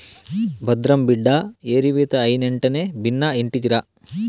భద్రం బిడ్డా ఏరివేత అయినెంటనే బిన్నా ఇంటికిరా